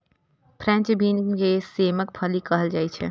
French bean के सेमक फली कहल जाइ छै